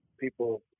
people